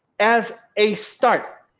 as a start